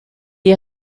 est